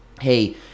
hey